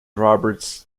roberts